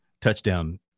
touchdown